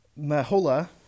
Mahola